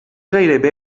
gairebé